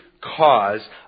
cause